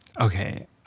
Okay